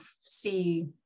see